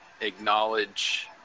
acknowledge